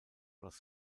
brush